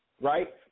right